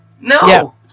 No